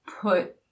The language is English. put